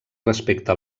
respecte